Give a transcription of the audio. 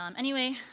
um anyway,